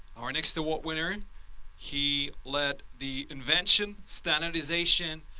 our next award winner, he led the invention, standardization,